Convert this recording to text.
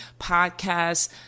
podcast